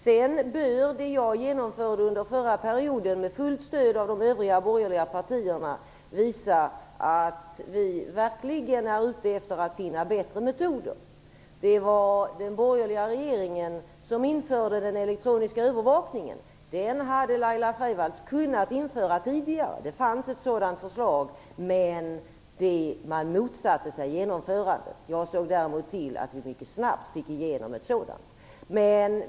Det som jag genomförde under den förra mandatperioden, med fullt stöd av de övriga borgerliga partierna, bör visa att vi verkligen är ute efter att finna bättre metoder. Det var den borgerliga regeringen som införde den elektroniska övervakningen. Den hade Laila Freivalds kunnat införa tidigare. Det fanns ett sådant förslag, men man motsatte sig genomförandet. Jag såg däremot till att vi mycket snabbt fick igenom en elektronisk övervakning.